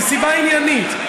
היא סיבה עניינית.